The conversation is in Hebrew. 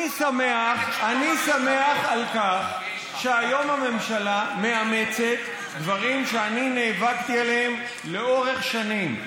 אני שמח על כך שהיום הממשלה מאמצת דברים שאני נאבקתי עליהם לאורך שנים.